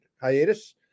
hiatus